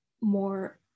more